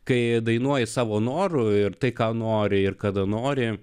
kai dainuoji savo noru ir tai ką nori ir kada nori